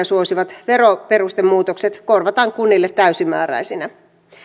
suosivat veroperustemuutokset korvataan kunnille täysimääräisinä